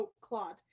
Claude